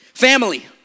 family